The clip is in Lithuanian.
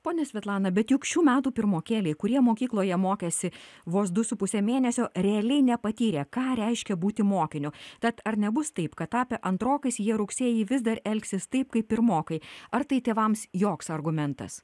ponia svetlana bet juk šių metų pirmokėliai kurie mokykloje mokėsi vos du su puse mėnesio realiai nepatyrė ką reiškia būti mokiniu tad ar nebus taip kad tapę antrokais jie rugsėjį vis dar elgsis taip kaip pirmokai ar tai tėvams joks argumentas